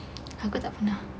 aku tak pernah